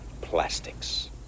plastics